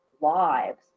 lives